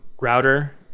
router